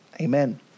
Amen